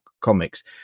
Comics